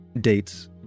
dates